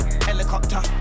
Helicopter